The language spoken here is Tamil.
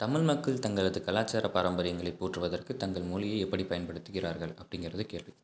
தமிழ் மக்கள் தங்களது கலாச்சார பாரம்பரியங்களை போற்றுவதற்கு தங்கள் மொழியை எப்படி பயன்படுத்துகிறார்கள் அப்டிங்கிறது கேள்வி